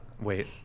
wait